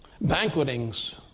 banquetings